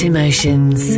Emotions